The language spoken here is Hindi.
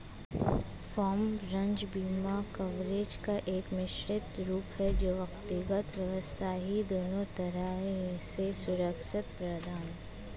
अर्बन खेती में खुद के किचन गार्डन में लोग जैविक खाद का उपयोग करके शुद्धतम उत्पाद पाते हैं